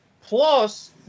Plus